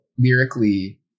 lyrically